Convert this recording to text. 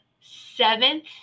seventh